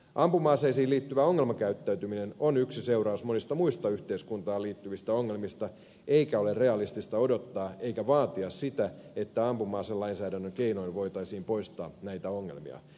ampuma aseisiin liittyvä ongelmakäyttäytyminen on yksi seuraus monista muista yhteiskuntaan liittyvistä ongelmista eikä ole realistista odottaa eikä vaatia sitä että ampuma aselainsäädännön keinoin voitaisiin poistaa näitä ongelmia